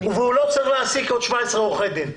הוא לא צריך להעסיק עוד 17 עורכי דין.